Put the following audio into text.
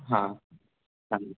हां